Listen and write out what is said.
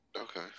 okay